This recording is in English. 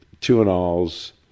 two-and-alls